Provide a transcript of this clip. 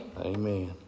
Amen